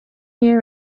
new